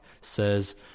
says